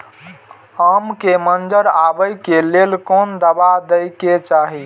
आम के मंजर आबे के लेल कोन दवा दे के चाही?